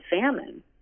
famine